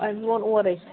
اَسہِ ووٚن اورَے